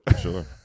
Sure